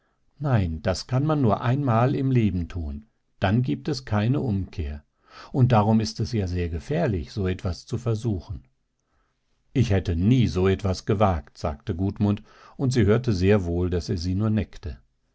nein das kann man nur einmal im leben tun dann gibt es keine umkehr und darum ist es ja sehr gefährlich so etwas zu versuchen ich hätte nie so etwas gewagt sagte gudmund und sie hörte sehr wohl daß er sie nur neckte